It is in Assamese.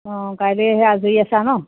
অঁ কাইলৈ সেই আজৰি আছা ন